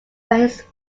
his